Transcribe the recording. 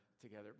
together